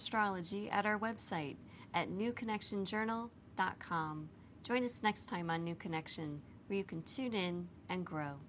astrology at our website at new connection journal dot com join us next time a new connection you can tune in and grow